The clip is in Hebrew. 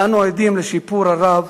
ואנו עדים לשיפור הרב